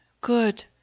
good